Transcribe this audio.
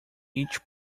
each